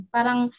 Parang